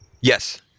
yes